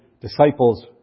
disciples